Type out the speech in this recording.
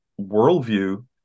worldview